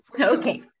okay